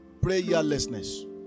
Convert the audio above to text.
Prayerlessness